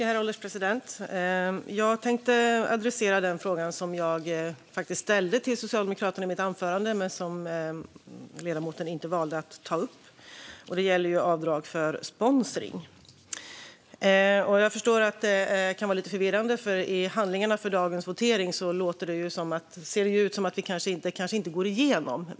Herr ålderspresident! Jag tänkte adressera den fråga jag ställde till Socialdemokraterna i mitt anförande men som ledamoten valde att inte ta upp, nämligen avdrag för sponsring. Jag kan förstå att det kan vara lite förvirrande, för i handlingarna till dagens votering ser det ut som att förslaget kanske inte kommer att gå igenom.